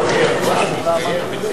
הרי אני יודע, בסדר,